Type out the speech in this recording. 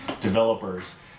developers